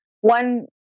one